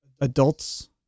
adults